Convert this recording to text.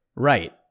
Right